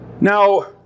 Now